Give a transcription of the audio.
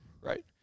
Right